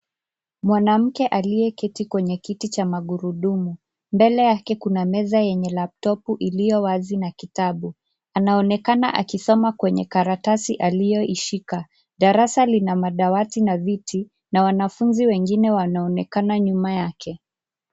Mwanamke aliyeketi kwenye kiti cha magurudumu. Mbele yake kuna meza yenye (cs)laptop(cs) iliyo wazi na kitabu. Anaonekana akisoma kwenye karatasi aliyoishika. Darasa lina madawati na viti na wanafunzi wengine wanaonekana nyuma yake.